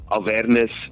awareness